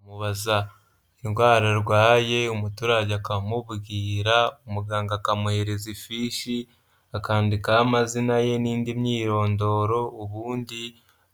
Amubaza indwara arwaye, umuturage akamubwira, muganga akamuhereza ifishi akandikaho amazina ye n'indi myirondoro, ubundi